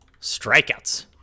strikeouts